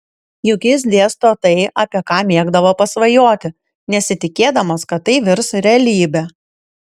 juk jis dėsto tai apie ką mėgdavo pasvajoti nesitikėdamas kad tai virs realybe